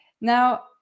Now